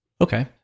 Okay